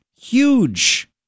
huge